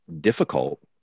difficult